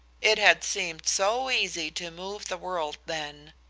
it had seemed so easy to move the world then,